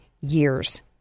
years